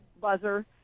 buzzer